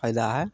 फाइदा हइ